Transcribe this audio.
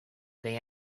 they